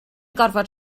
gorfod